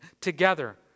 together